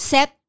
Set